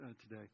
today